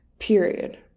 period